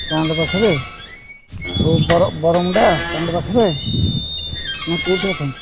stand ପାଖରେ କେଉଁ Baramunda stand ପାଖରେ ନା କେଉଁଠି ଆପଣ